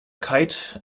kite